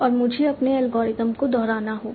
और मुझे अपने एल्गोरिथ्म को दोहराना होगा